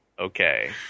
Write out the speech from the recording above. Okay